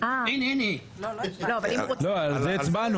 אם כך,